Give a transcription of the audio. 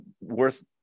worth